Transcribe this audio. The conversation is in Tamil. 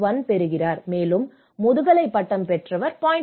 1 பெறுகிறார் மேலும் முதுகலை பட்டம் பெற்றவர்கள் 0